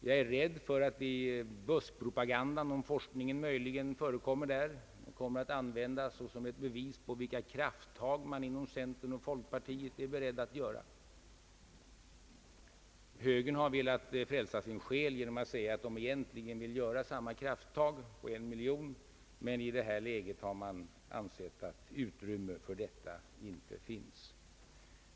Jag är rädd för att detta förslag möjligen kommer att tas upp i buskpropagandan om forskningen för att visa vilka krafttag man inom centerpartiet och folkpartiet är beredd att göra. Högern har velat frälsa sin själ genom att säga, att den egentligen vill göra samma krafttag på en miljon, men att den i dagens läge har ansett att utrymme inte finns för detta.